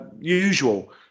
usual